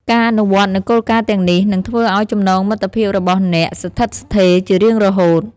ការអនុវត្តន៍នូវគោលការណ៍ទាំងនេះ នឹងធ្វើឱ្យចំណងមិត្តភាពរបស់អ្នកស្ថិតស្ថេរជារៀងរហូត។